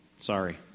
Sorry